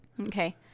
Okay